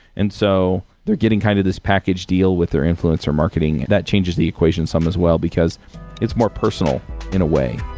and so, they're getting kind of this package deal with their influencer marketing. that changes the equation some as well, because it's more personal in a way.